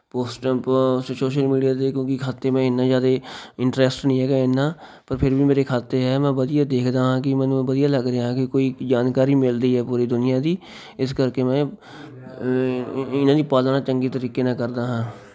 ਪੋਸਟਮ ਪ ਸ਼ social media 'ਤੇ ਕਿਉਂਕਿ ਖਾਤੇ ਮੈਂ ਇੰਨਾ ਜ਼ਿਆਦਾ ਇੰਟਰੈਸਟ ਨਹੀਂ ਹੈਗਾ ਇੰਨਾ ਪਰ ਫਿਰ ਵੀ ਮੇਰੇ ਖਾਤੇ ਹੈ ਮੈਂ ਵਧੀਆ ਦੇਖਦਾ ਹਾਂ ਕੀ ਮੈਨੂੰ ਵਧੀਆ ਲੱਗ ਰਿਹਾ ਕੀ ਕੋਈ ਜਾਣਕਾਰੀ ਮਿਲਦੀ ਹੈ ਪੂਰੀ ਦੁਨੀਆ ਦੀ ਇਸ ਕਰਕੇ ਮੈਂ ਇਹ ਇਹਨਾਂ ਦੀ ਪਾਲਣਾ ਚੰਗੇ ਤਰੀਕੇ ਨਾਲ ਕਰਦਾ ਹਾਂ